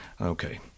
okay